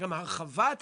גם הרחבת התפריט,